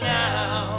now